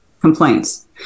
complaints